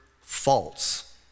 false